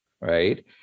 right